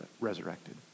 resurrected